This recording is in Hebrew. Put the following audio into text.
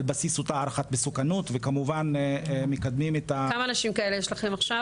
בסיס אותה הערכת מסוכנות וכמובן מקדמים --- כמה נשים יש לכם עכשיו ?